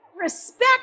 respect